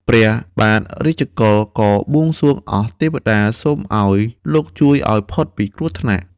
ព្រះបាទរាជកុល ក៏បួងសួងអស់ទេវតា សូមឲ្យលោកជួយឲ្យផុតពីគ្រោះថ្នាក់ ។